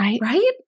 Right